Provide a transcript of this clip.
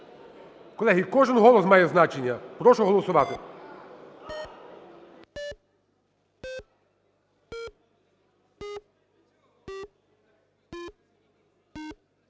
Колеги, кожен голос має значення. Прошу голосувати.